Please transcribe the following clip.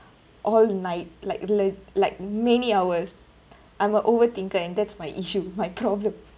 all night like re~ like many hours I'm a overthinker and that's my issue my problem